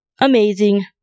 amazing